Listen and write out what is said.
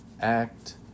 Act